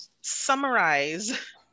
Summarize